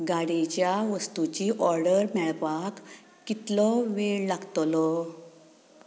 गाडयेच्या वस्तूंची ऑर्डर मेळपाक कितलो वेळ लागतलो